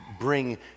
bring